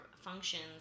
functions